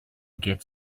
get